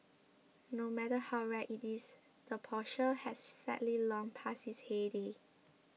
no matter how rare it is the Porsche has sadly long passed its heyday